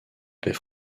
paix